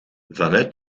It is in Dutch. vanuit